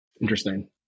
interesting